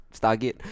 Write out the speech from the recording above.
Stargate